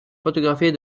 photographier